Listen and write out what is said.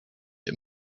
een